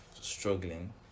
struggling